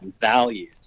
values